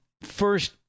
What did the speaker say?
first